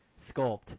sculpt